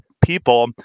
people